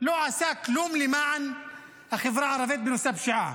לא עשה כלום למען החברה הערבית בנושא הפשיעה.